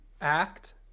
act